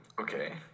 Okay